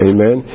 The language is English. Amen